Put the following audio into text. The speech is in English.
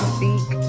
Speak